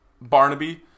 Barnaby